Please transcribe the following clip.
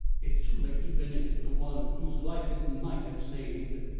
it's too late to benefit the one whose life it might have saved.